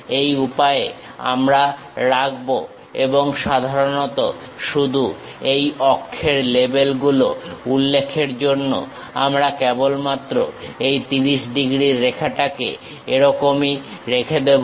এই উপায়ে আমরা রাখবো এবং সাধারণত শুধু এই অক্ষের লেবেল গুলো উল্লেখের জন্য আমরা কেবল মাত্র এই 30 ডিগ্রীর রেখাটাকে এরকমই রেখে দেবো